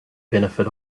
benefit